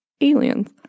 aliens